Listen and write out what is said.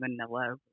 vanilla